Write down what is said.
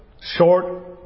short